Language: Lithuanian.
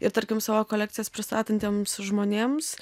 ir tarkim savo kolekcijas pristatantiems žmonėms